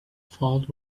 folks